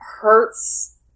hurts